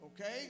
Okay